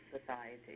society